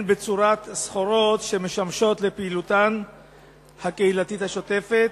בצורת סחורות שמשמשות לפעילותן הקהילתית השוטפת,